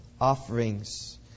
offerings